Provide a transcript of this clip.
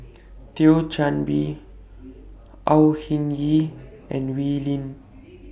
Thio Chan Bee Au Hing Yee and Wee Lin